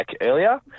earlier